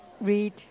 Read